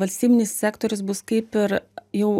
valstybinis sektorius bus kaip ir jau